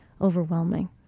overwhelming